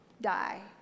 die